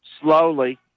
slowly